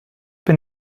bin